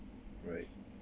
right